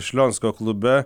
šlionsko klube